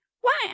Why